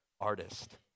artist